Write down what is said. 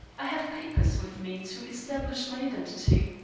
i have papers with me to establish my identity.